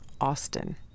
Austin